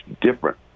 different